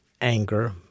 anger